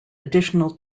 additional